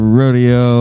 rodeo